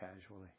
casually